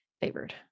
favored